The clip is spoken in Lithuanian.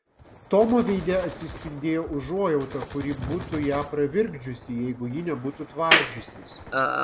tomo veide atsispindėjo užuojauta kuri būtų ją pravirkdžiusi jeigu ji nebūtų tvardžiusis